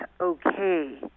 okay